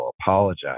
apologize